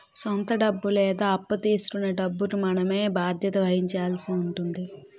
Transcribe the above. సొంత డబ్బు లేదా అప్పు తీసుకొన్న డబ్బుకి మనమే బాధ్యత వహించాల్సి ఉంటుంది